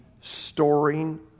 storing